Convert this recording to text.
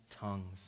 tongues